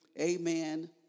Amen